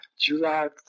July